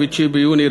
ב-29 ביוני,